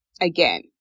again